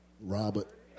Robert